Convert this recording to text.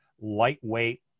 lightweight